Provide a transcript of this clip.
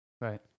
Right